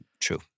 True